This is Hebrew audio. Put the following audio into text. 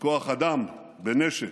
בכוח אדם, בנשק,